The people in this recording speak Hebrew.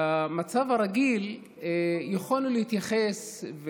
במצב הרגיל יכולנו להתייחס,